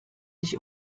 sich